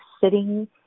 sitting